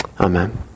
amen